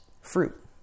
fruit